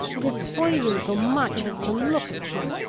it is poison so much as to look at you!